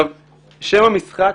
שם המשחק,